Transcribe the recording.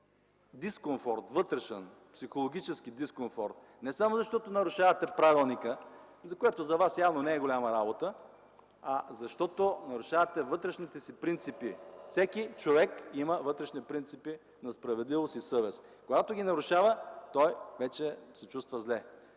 дискомфорт, вътрешен, психологически дискомфорт, не само защото нарушавате правилника, което за вас явно не е голяма работа, а защото нарушавате вътрешните си принципи. Всеки човек има вътрешни принципи на справедливост и съвест. Когато ги нарушава, той вече се чувства зле.